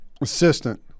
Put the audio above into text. Assistant